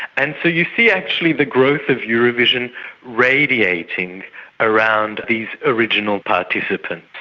and so you see actually the growth of eurovision radiating around these original participants.